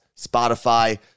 Spotify